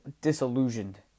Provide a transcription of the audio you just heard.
disillusioned